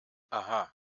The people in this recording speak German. aha